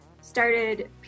started